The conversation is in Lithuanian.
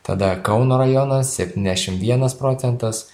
tada kauno rajonas septyniasdešim vienas procentas